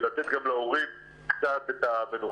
ולתת גם להורים קצת מנוחה.